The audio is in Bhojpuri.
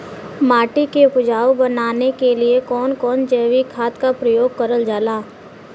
माटी के उपजाऊ बनाने के लिए कौन कौन जैविक खाद का प्रयोग करल जाला?